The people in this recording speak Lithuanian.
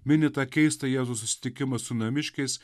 mini tą keistą jėzaus susitikimą su namiškiais